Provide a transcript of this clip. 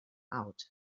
out